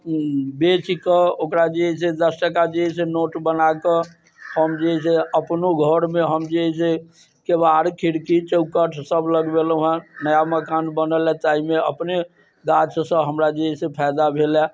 बेचके ओकरा जे है से दस टाका जे है से नोट बनाकऽ हम जे है से अपनो घरमे हम जे है से केबार खिड़की चौखट सब लगबेलहुँ हँ नया मकान बनल हँ ताहिमे अपने गाछसँ हमरा जे है से फायदा भेल हँ